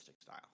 style